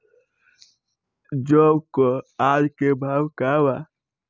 जौ क आज के भाव का ह?